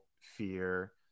fear